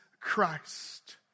Christ